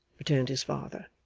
returned his father,